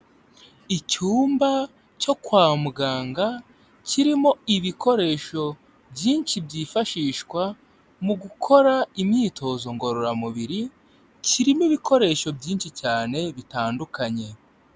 Icyumba cyo kwa muganga kirimo ibikoresho byinshi byifashishwa mu gukora imyitozo ngororamubiri kirimo ibikoresho byinshi cyane bitandukanye.